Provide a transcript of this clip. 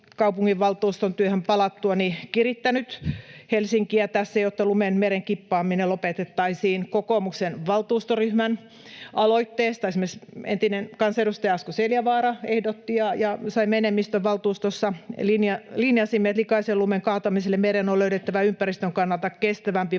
kaupunginvaltuuston työhön palattuani kirittänyt Helsinkiä tässä, jotta lumen mereen kippaaminen lopetettaisiin. Kokoomuksen valtuustoryhmän aloitteesta esimerkiksi entinen kansanedustaja Asko-Seljavaara ehdotti ja saimme enemmistön valtuustossa, kun linjasimme, että likaisen lumen kaatamiselle mereen on löydettävä ympäristön kannalta kestävämpi